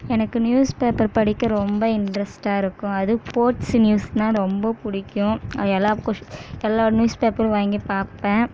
எனக்கு news paper படிக்க ரொம்ப இன்ட்ரஸ்டாக இருக்கும் அதுவும் ஸ்போர்ட்ஸ் நியூஸ்னா ரொம்ப பிடிக்கும் அது எல்லா எல்லா நியூஸ் பேப்பரும் வாங்கி பார்ப்பேன்